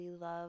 love